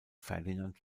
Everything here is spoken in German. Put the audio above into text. ferdinand